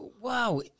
wow